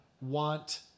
want